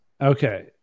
Okay